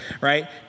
right